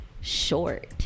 short